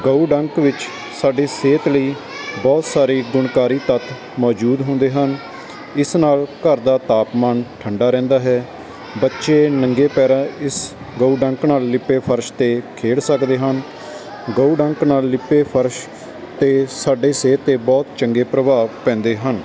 ਗਊ ਡੰਕ ਵਿੱਚ ਸਾਡੀ ਸਿਹਤ ਲਈ ਬਹੁਤ ਸਾਰੇ ਗੁਣਕਾਰੀ ਤੱਤ ਮੌਜੂਦ ਹੁੰਦੇ ਹਨ ਇਸ ਨਾਲ ਘਰ ਦਾ ਤਾਪਮਾਨ ਠੰਡਾ ਰਹਿੰਦਾ ਹੈ ਬੱਚੇ ਨੰਗੇ ਪੈਰਾਂ ਇਸ ਗਊ ਡੰਕ ਨਾਲ ਲਿੱਪੇ ਫਰਸ਼ 'ਤੇ ਖੇਡ ਸਕਦੇ ਹਨ ਗਊ ਡੰਕ ਨਾਲ ਲਿਪੇ ਫਰਸ਼ ਦੇ ਸਾਡੇ ਸਿਹਤ 'ਤੇ ਬਹੁਤ ਚੰਗੇ ਪ੍ਰਭਾਵ ਪੈਂਦੇ ਹਨ